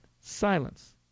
silence